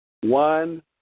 One